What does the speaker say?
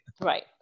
Right